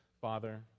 father